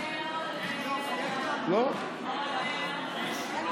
אדוני היושב-ראש, חבריי חברי הכנסת,